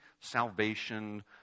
salvation